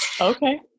Okay